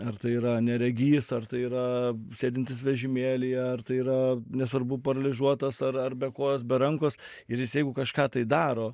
ar tai yra neregys ar tai yra sėdintis vežimėlyje ar tai yra nesvarbu paralyžuotas ar ar be kojos be rankos ir jis jeigu kažką tai daro